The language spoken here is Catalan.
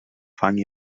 fang